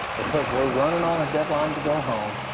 because we're running on a deadline to go home,